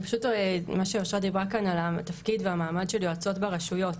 מה שאושרת דיברה כאן על התפקיד והמעמד של יועצות ברשויות,